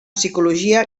psicologia